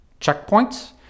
checkpoints